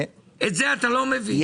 את זה אתה לא מביא,